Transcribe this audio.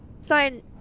sign